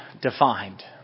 defined